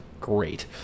great